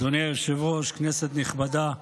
אדוני היושב-ראש, כנסת נכבדה,